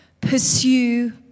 Pursue